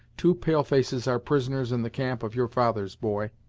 two pale-faces are prisoners in the camp of your fathers, boy.